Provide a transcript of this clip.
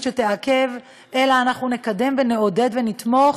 שתעכב אלא אנחנו נקדם ונעודד ונתמוך,